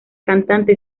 cantante